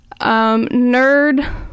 nerd